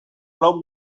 lau